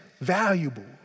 valuable